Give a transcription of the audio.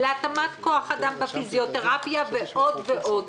להתאמת כוח אדם בפיזיותרפיה ועוד ועוד.